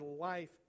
life